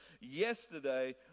yesterday